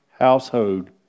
household